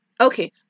okay